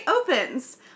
opens